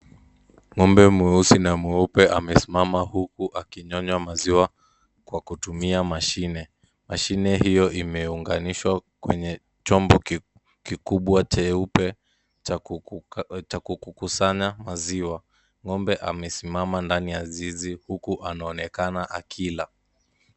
Ng'ombe mweusi na mweupe amesimama huku akinyonywa maziwa kwa kutumia mashine. Mashine hiyo imeunganishwa kwenye chombo kikubwa cheupe cha kukusanya maziwa. Ng'ombe amesimama ndani ya zizi huku anaonekana akila.